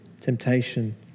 temptation